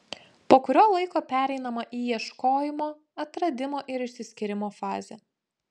po kurio laiko pereinama į ieškojimo atradimo ir išsiskyrimo fazę